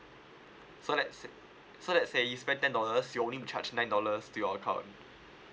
so let's sa~ so let's say you spend ten dollars it'll only charge nine dollars to your account